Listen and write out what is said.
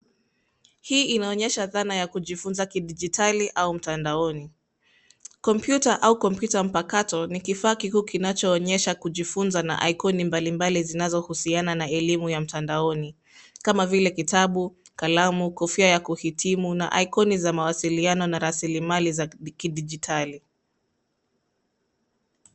Hii inaonyesha dhana ya kujifunza kidijitali au mtandaoni. kompyuta au kompyuta mpakato ni kifaa kikuu kinachoonyesha kujifunza na aikoni mbalimbali zinazohusiana na elimu ya mtandaoni kama vile kitabu, kalamu, kofia ya kuhitimu na aikoni za mawasiliano na rasilimali za kidijitali.